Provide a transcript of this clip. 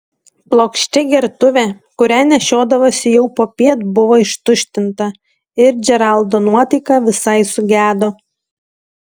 plokščia gertuvė kurią nešiodavosi jau popiet buvo ištuštinta ir džeraldo nuotaika visai sugedo